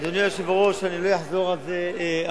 אדוני היושב-ראש, אני לא אחזור על זה הרבה.